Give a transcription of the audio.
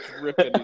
dripping